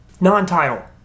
non-title